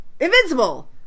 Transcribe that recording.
Invincible